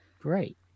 Great